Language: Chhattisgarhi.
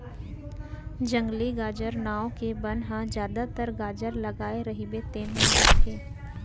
जंगली गाजर नांव के बन ह जादातर गाजर लगाए रहिबे तेन म होथे